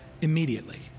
immediately